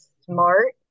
smart